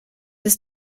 ist